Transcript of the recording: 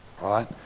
Right